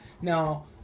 Now